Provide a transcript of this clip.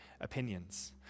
opinions